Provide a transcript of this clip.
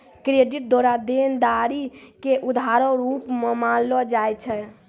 credit द्वारा देनदारी के उधारो रूप मे मानलो जाय छै